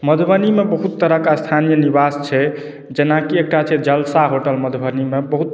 मधुबनीमे बहुत तरहके स्थानीय निवास छै जेनाकि एकटा छै जलसा होटल मधुबनीमे बहुत